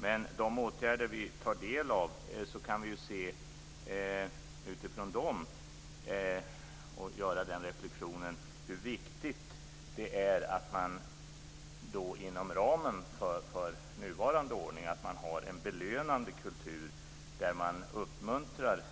Men utifrån de åtgärder som vi tar del av kan vi göra den reflexionen att det är viktigt att man inom ramen för nuvarande ordning har en belönande kultur, där man uppmuntrar